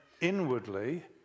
inwardly